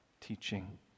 teaching